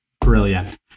brilliant